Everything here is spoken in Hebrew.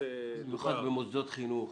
במיוחד במוסדות חינוך